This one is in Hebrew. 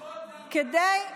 כדי,